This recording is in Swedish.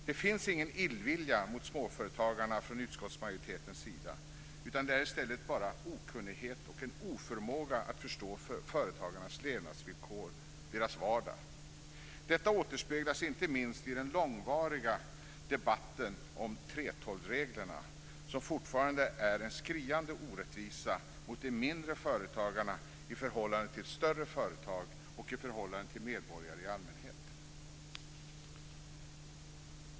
Det finns ingen illvilja mot småföretagarna från utskottsmajoritetens sida, utan det är bara okunnighet och oförmåga att förstå företagarnas levnadsvillkor, deras vardag. Detta återspeglas inte minst i den långvariga debatten om 3:12-reglerna som fortfarande är en skriande orättvisa mot de mindre företagarna i förhållande till större företag och i förhållande till medborgare i allmänhet.